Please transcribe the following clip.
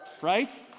Right